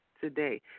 today